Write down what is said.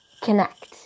connect